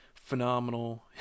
phenomenal